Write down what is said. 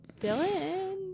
Dylan